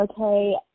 okay